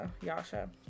yasha